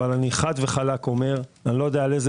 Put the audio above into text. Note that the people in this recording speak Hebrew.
אבל אני חד וחלק אומר שאני לא יודע על איזה